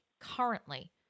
currently